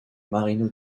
marino